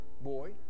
boy